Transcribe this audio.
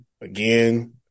Again